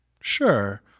Sure